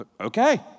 Okay